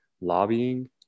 lobbying